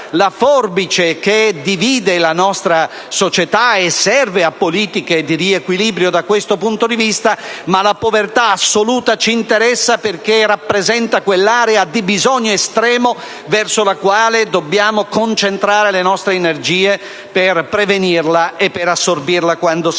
la forbice che divide la nostra società e che serve ad effettuare politiche di riequilibrio da questo punto di vista. La povertà assoluta ci interessa perché rappresenta quell'area di bisogno estremo verso la quale dobbiamo concentrare le nostre energie, per prevenirla e per assorbirla quando si determina.